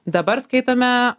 dabar skaitome